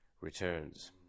returns